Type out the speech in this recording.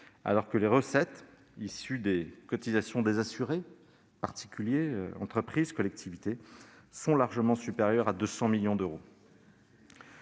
alors que les recettes, issues des cotisations des assurés- particuliers, entreprises, collectivités -, sont largement supérieures à 200 millions d'euros.